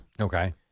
Okay